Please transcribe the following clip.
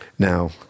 Now